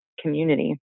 community